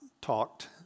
talked